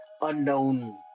unknown